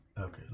Okay